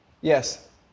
Yes